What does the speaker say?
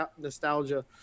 nostalgia